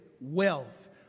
wealth